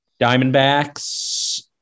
Diamondbacks